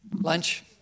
Lunch